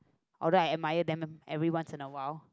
alright admire them everyone in a while